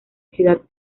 ciudad